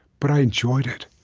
but i enjoyed it.